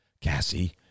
Cassie